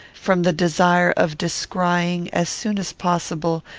from the desire of descrying, as soon as possible,